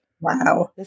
Wow